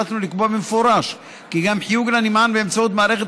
החלטנו לקבוע במפורש כי גם חיוג לנמען באמצעות מערכת